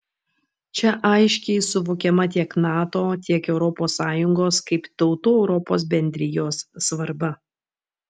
čia aiškiai suvokiama tiek nato tiek europos sąjungos kaip tautų europos bendrijos svarba